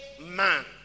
man